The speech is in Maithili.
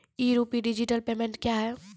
ई रूपी डिजिटल पेमेंट क्या हैं?